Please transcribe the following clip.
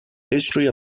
history